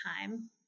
time